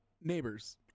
neighbors